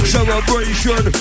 Celebration